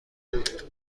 تبریک